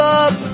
up